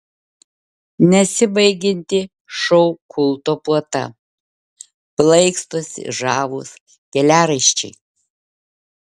nesibaigianti šou kulto puota plaikstosi žavūs keliaraiščiai